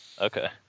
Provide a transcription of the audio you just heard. Okay